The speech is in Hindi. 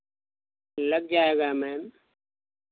लग जाएगा मैम